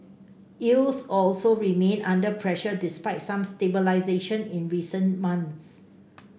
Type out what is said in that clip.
yields also remain under pressure despite some stabilisation in recent months